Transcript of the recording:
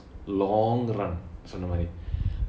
long run சொன்ன மாதிரி:sonna maathiri